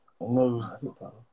No